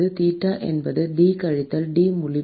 theta என்பது D கழித்தல் D முடிவிலி